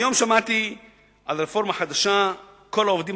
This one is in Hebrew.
היום שמעתי על רפורמה חדשה: כל העובדים